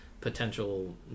potential